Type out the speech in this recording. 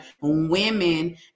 women